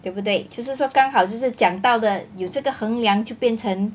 对不对就是说刚好就是讲到的有这个衡量就变成